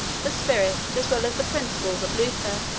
the spirit, as well as the principles of luther.